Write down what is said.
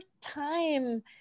time